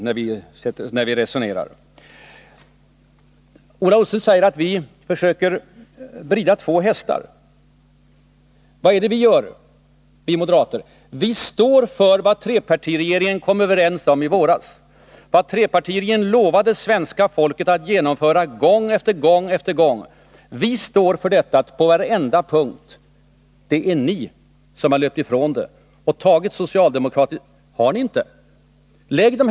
Ola Ullsten säger att det är vi som försöker berida två hästar. Nej, vad är det vi gör, vi moderater? Vi står fast vid vad trepartiregeringen kommit överens om i våras, vad trepartiregeringen lovade svenska folket gång efter gång att genomföra. Vi står för detta på varenda punkt. Det är ni som har löpt ifrån det. Vill Ola Ullsten påstå att ni inte har det?